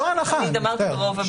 אמרתי ברוב המקרי.